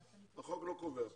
החוק לא קובע פה.